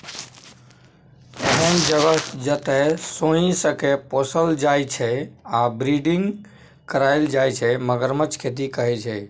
एहन जगह जतय सोंइसकेँ पोसल जाइ छै आ ब्रीडिंग कराएल जाइ छै मगरमच्छक खेती कहय छै